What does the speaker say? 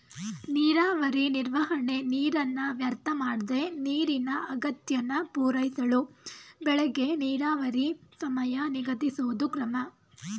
ನೀರಾವರಿ ನಿರ್ವಹಣೆ ನೀರನ್ನ ವ್ಯರ್ಥಮಾಡ್ದೆ ನೀರಿನ ಅಗತ್ಯನ ಪೂರೈಸಳು ಬೆಳೆಗೆ ನೀರಾವರಿ ಸಮಯ ನಿಗದಿಸೋದು ಕ್ರಮ